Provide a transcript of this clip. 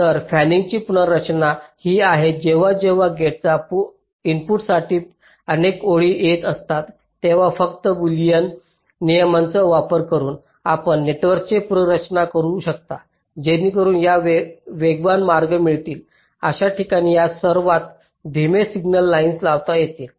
तर फॅनिनची पुनर्रचना ही आहे जेव्हा जेव्हा गेटच्या इनपुटसाठी अनेक ओळी येत असतात तेव्हा फक्त बुलियन नियमांचा वापर करून आपण नेटवर्कचे पुनर्रचना करु शकता जेणेकरून या वेगवान मार्ग मिळतील अशा ठिकाणी या सर्वात धीमे सिग्नल लाईन्स लावता येतील